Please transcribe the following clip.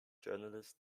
journalist